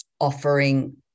offering